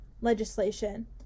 legislation